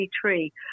tree